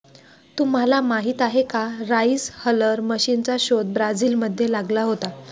तुम्हाला माहीत आहे का राइस हलर मशीनचा शोध ब्राझील मध्ये लागला होता